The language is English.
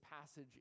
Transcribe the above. passage